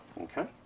Okay